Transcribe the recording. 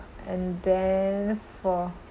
and then for